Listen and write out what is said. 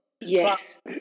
Yes